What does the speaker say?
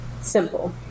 Simple